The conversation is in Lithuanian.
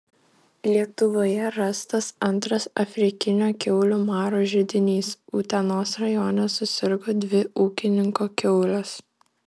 lietuvoje rastas antras afrikinio kiaulių maro židinys utenos rajone susirgo dvi ūkininko kiaulės